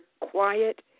quiet